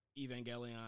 Evangelion